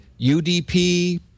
UDP